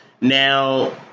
now